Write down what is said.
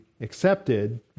accepted